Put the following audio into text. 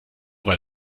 weil